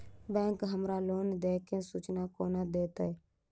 Bank हमरा loan देय केँ सूचना कोना देतय?